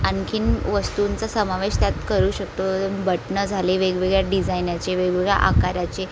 आणखी वस्तूंचा समावेश त्यात करू शकतो बटनं झाले वेगवेगळ्या डिझायनाचे वेगवेगळ्या आकाराचे